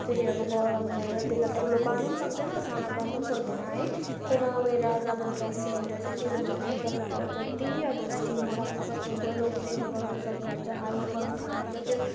फेरि अब गरम भएर त्यसलाई ठुलो पार्नु पनि सक्दैन सानो पार्नु पनि सक्दैन है तर यता चाहिँ अब ग्यास सिलिन्डर चाहिँ के हुन्छ भने तपाईँको जति अब स्टिममा राख्न सक्नुहुन्छ लो फ्लेम गर्न सक्नुहुन्छ हाई गर्न सक्नुहुन्छ त्यो